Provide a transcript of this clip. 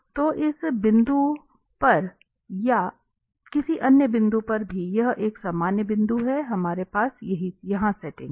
तो इस बिंदु पर या किसी अन्य बिंदु पर भी यह एक सामान्य बिंदु है हमारे पास यहां सेटिंग है